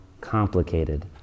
complicated